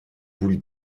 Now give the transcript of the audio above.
boule